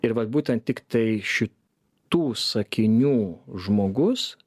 ir vat būtent tiktai šitų sakinių žmogus